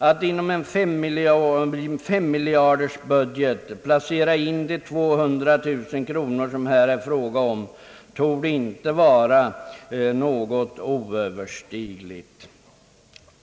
Att inom en femmiljardersbudget placera in de 200000 kronor, som det här är fråga om, torde inte vara något oöverstigligt.